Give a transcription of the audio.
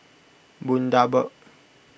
Bundaberg